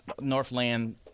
Northland